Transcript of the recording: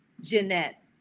Jeanette